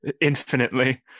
infinitely